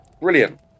Brilliant